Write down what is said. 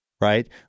right